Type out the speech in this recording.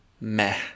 meh